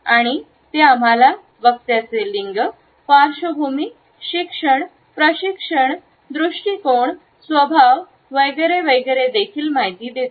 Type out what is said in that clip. आणि ते आम्हाला वक्त्याचे लिंग पार्श्वभूमी शिक्षण प्रशिक्षण दृष्टीकोन स्वभाव वगैरे वगैरे देखील माहिती देते